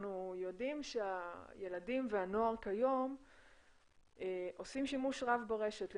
אנחנו יודעים שהילדים והנוער כיום עושים שימוש רב ברשת למשחקים,